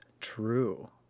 true